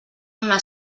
una